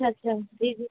اچھا اچھا جی